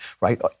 right